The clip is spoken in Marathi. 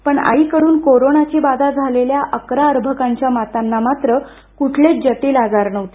पण आईकडून कोरोनाची बाधा झालेल्या अकरा अर्भकाच्या मातांना मात्र क्ठलेच जटिल आजार नव्हते